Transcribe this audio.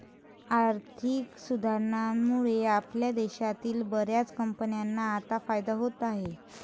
आर्थिक सुधारणांमुळे आपल्या देशातील बर्याच कंपन्यांना आता फायदा होत आहे